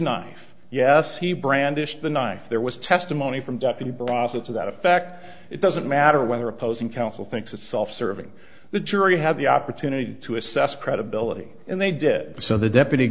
knife yes he brandished the knife there was testimony from process to that effect it doesn't matter whether opposing counsel thinks it's self serving the jury had the opportunity to assess credibility and they did so the deputy